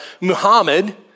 Muhammad